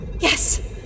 Yes